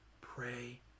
pray